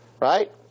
right